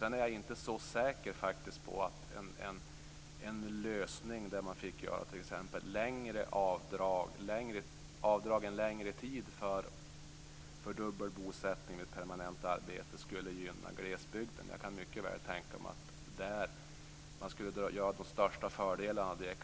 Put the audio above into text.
Jag är faktiskt inte så säker på att en lösning där det ges möjlighet att göra avdrag för dubbel bosättning vid permanent arbete under en längre tid skulle gynna glesbygden. Jag kan mycket väl tänka mig att man skulle dra de största fördelarna av det